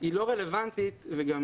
היא לא רלוונטית וגם